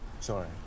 Sorry